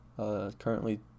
Currently